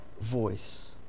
voice